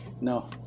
No